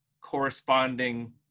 corresponding